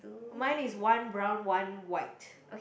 mine is one brown one white